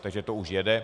Takže to už jede.